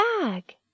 bag